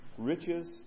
riches